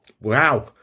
wow